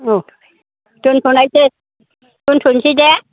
औ दोनथ'नोसै दोनथ'नोसै दे